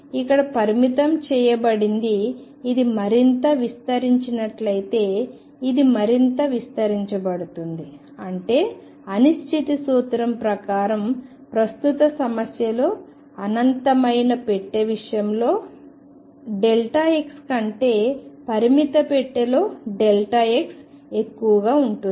ఇక్కడ పరిమితం చేయబడింది ఇది మరింత విస్తరించినట్లయితే ఇది మరింత విస్తరించబడుతుంది అంటే అనిశ్ఛితి సూత్రం ప్రకారం ప్రస్తుత సమస్య లో అనంతమైన పెట్టె విషయంలో x కంటే పరిమిత పెట్టెలో x ఎక్కువగా ఉంటుంది